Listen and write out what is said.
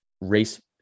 race